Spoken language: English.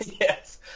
Yes